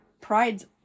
Pride's